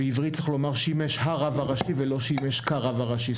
בעברית צריך לומר שימש הרב הראשי ולא שימש כרב הראשי.